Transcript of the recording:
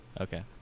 Okay